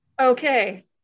Okay